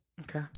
Okay